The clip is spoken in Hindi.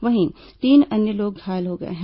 वहीं तीन अन्य लोग घायल हो गए हैं